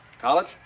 College